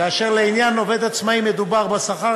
כאשר לעניין עובד עצמאי מדובר בשכר